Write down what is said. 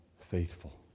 faithful